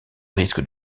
risque